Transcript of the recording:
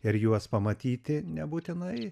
ir juos pamatyti nebūtinai